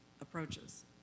approaches